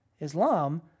Islam